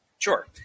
Sure